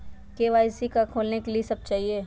KYC का का खोलने के लिए कि सब चाहिए?